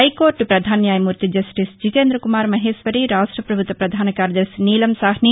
హైకోర్లు ప్రధాన న్యాయమూర్తి జస్టిస్ జితేంద్ర కుమార్ మహేశ్వరి రాష్ట ప్రభుత్వ ప్రధాన కార్యదర్భి నీలం సాహ్ని